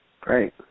Great